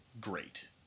great